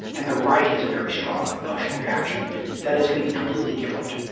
and the right has a very strong emotional reaction that is going to be completely different.